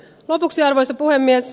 lopuksi arvoisa puhemies